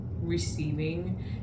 Receiving